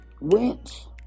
went